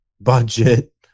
budget